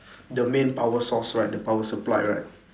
the main power source right the power supply right